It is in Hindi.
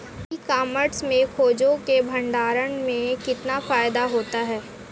ई कॉमर्स में चीज़ों के भंडारण में कितना फायदा होता है?